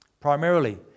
Primarily